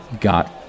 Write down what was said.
got